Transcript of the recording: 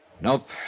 Nope